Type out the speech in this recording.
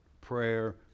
Prayer